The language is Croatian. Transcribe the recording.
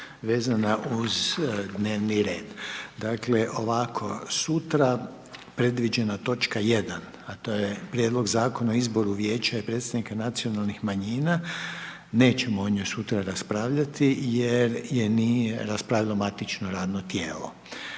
vezana uz dnevni red. Dakle ovako sutra predviđena točka 1. a to je Prijedlog zakona o izboru Vijeća i predsjednika nacionalnih manjina nećemo o njoj sutra raspravljati jer je nije raspravilo matično radno tijelo.